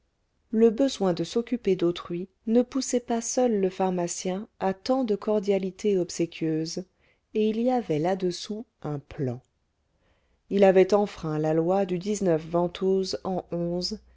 le besoin de s'occuper d'autrui ne poussait pas seul le pharmacien à tant de cordialité obséquieuse et il y avait là-dessous un plan il avait enfreint la loi du ventôse an